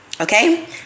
okay